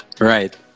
Right